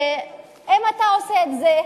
ואם אתה עושה את זה,